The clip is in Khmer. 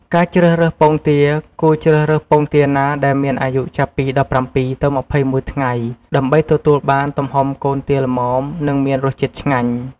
ការជ្រើសរើសពងទា គួរជ្រើសរើសពងទាណាដែលមានអាយុចាប់ពី ១៧ ទៅ ២១ ថ្ងៃ ដើម្បីទទួលបាន ទំហំកូនទាល្មម និងមានរសជាតិឆ្ងាញ់ ។